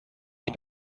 ich